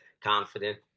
confident